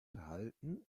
verhalten